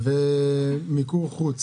מיקור חוץ